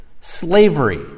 Slavery